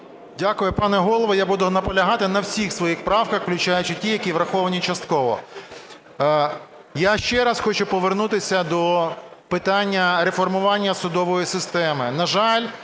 Дякую, пане Голово. Я буду наполягати на всіх своїх правках, включаючи ті, які враховані частково. Я ще раз хочу повернутися до питання реформування судової системи.